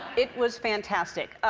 it was fantastic.